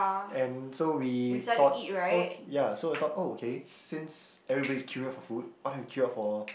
and so we thought oh ya so we thought okay since everybody is queuing up for food why don't we queue up for